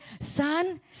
son